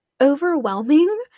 overwhelming